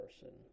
person